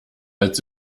als